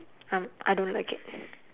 uh I don't like it